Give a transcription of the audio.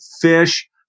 fish